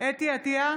חוה אתי עטייה,